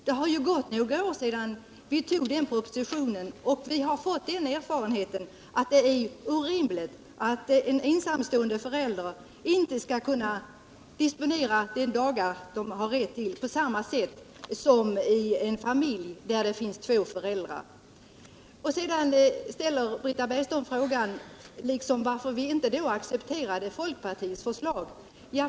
Det har gått några år sedan vi tog den propositionen, och vi har fått den erfarenheten att det är orimligt att en ensamstående förälder inte skall kunna disponera de dagar han har rätt till på samma sätt som i en familj där det finns två föräldrar. Sedan ställer Britta Bergström frågan varför vi inte tidigare accepterade folkpartiets förslag.